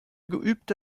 geübte